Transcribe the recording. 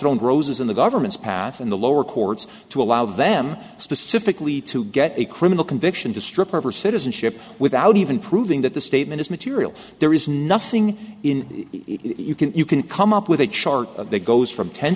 thrown roses in the government's path in the lower courts to allow them specifically to get a criminal conviction to strip her of her citizenship without even proving that the statement is material there is nothing in it you can you can come up with a chart that goes from ten